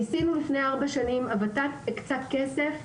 ניסינו לפני 4 שנים, הות"ת הקצה כסף,